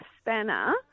spanner